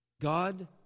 God